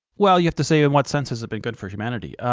well, you have to say in what sense has it been good for humanity?